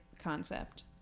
concept